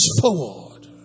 forward